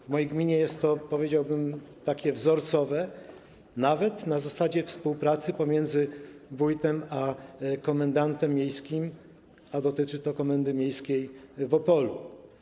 W mojej gminie jest to, powiedziałbym, wzorcowe, nawet na zasadzie współpracy pomiędzy wójtem a komendantem miejskim, a dotyczy to komendy miejskiej w Opolu.